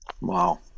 wow